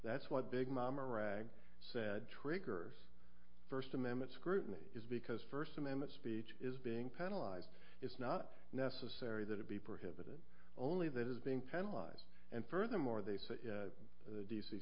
that's what big mama rag said triggers first amendment scrutiny is because first amendment speech is being penalize it's not necessary that it be prohibited only that is being penalize and furthermore they say the d